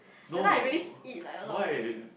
that time I really s~ eat like a lot of whipped cream